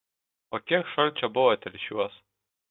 o kiek šalčio buvo telšiuos